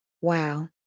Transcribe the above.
Wow